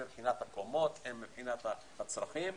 מבחינת הצרכים.